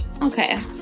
Okay